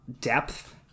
depth